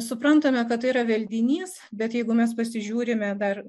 suprantame kad tai yra veldinys bet jeigu mes pasižiūrime dar